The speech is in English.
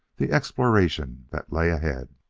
the exploration that lay ahead.